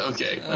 Okay